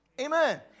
Amen